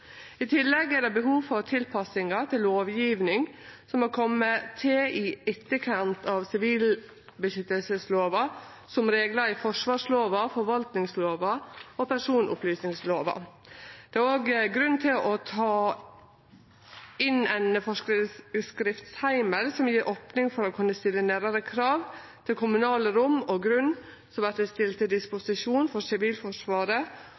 I tillegg er det behov for tilpassingar til lovgjeving som er komen til i etterkant av sivilbeskyttelseslova, som reglar i forsvarslova, forvaltningslova og personopplysningslova. Det er òg grunn til å ta inn ein forskriftsheimel som gjev opning for å kunne stille nærare krav til kommunale rom og grunn som vert stilte til disposisjon for Sivilforsvaret,